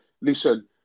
Listen